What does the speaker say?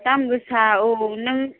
दाम गोसा औ नों